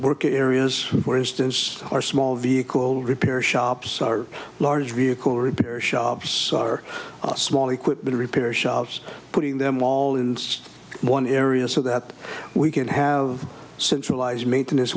work in areas where instances are small vehicle repair shops are large vehicle repair shops or small equipment repair shops putting them all in one area so that we can have centralized maintenance